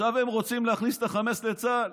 עכשיו הם רוצים להכניס את החמץ לצה"ל.